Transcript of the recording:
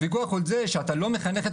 הוויכוח הוא על זה שאתה לא מחנך את